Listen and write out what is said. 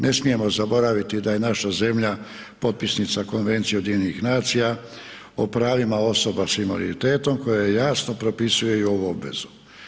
Ne smijemo zaboraviti da je naša zemlja potpisnica Konvencije UN-a o pravima osoba s invaliditetom koja jasno propisuje i ovu obvezu.